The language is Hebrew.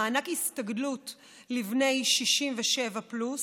מענק הסתגלות לבני 67 פלוס,